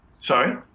Sorry